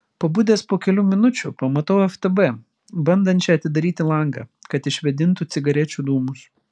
pabudęs po kelių minučių pamatau ftb bandančią atidaryti langą kad išvėdintų cigarečių dūmus